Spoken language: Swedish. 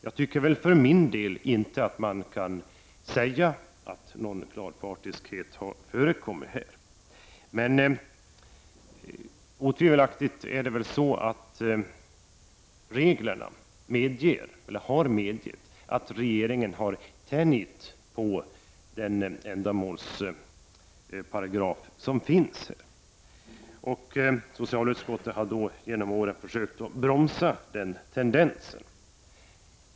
Jag tycker för min del inte att man kan säga att någon klar partiskhet har förekommit, men otvivelaktigt medger nog reglerna, eller har medgett, att regeringen har kunnat tänja på ändamålsparagrafen. Socialutskottet har genom åren försökt bromsa den tendensen.